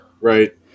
Right